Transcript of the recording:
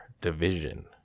division